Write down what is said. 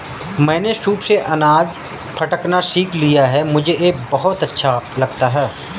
मैंने सूप से अनाज फटकना सीख लिया है मुझे यह बहुत अच्छा लगता है